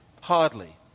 Hardly